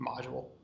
module